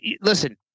Listen